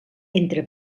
entre